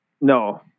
no